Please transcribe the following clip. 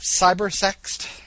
cyber-sexed